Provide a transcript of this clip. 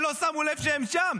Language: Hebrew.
ולא שמו לב שהם שם.